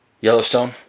Yellowstone